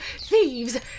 thieves